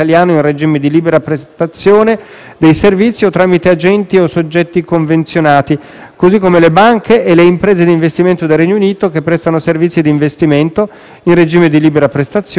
dei servizi o tramite agenti o soggetti convenzionati, così come le banche e le imprese di investimento del Regno Unito che prestano servizi di investimento in regime di libera prestazione a favore dei clienti al dettaglio.